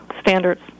standards